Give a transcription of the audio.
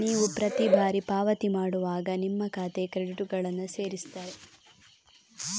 ನೀವು ಪ್ರತಿ ಬಾರಿ ಪಾವತಿ ಮಾಡುವಾಗ ನಿಮ್ಮ ಖಾತೆಗೆ ಕ್ರೆಡಿಟುಗಳನ್ನ ಸೇರಿಸ್ತಾರೆ